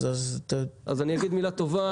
אז אני אגיד מילה טובה.